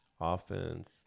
Offense